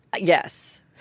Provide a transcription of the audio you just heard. Yes